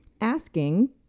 asking